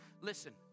Listen